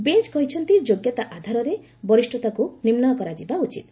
bench କହିଛନ୍ତି ଯୋଗ୍ୟତା ଆଧାରରେ ବରିଷତାକୁ ନିର୍ଣ୍ଣୟ କରାଯିବା ଉଚିତ୍